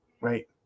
Right